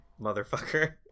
motherfucker